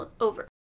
over